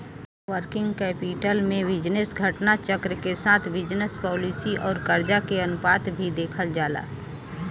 working capital में business घटना चक्र के साथ बिजनस पॉलिसी आउर करजा के अनुपात भी देखल जाला